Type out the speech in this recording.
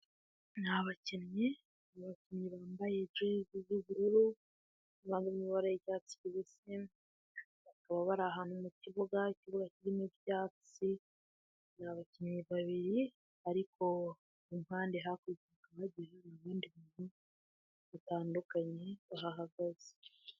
Ni bakinnyi bakinnyi bambaye jezi z'ubururu no mu mabara y'icyatsi kibisi bakaba bari ahantu mu kibuga ikibuga kirimo ibyatsi ni abakinnyi babiri ariko impande hakurya hari n'ibindi bintu bihahagaze.